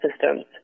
systems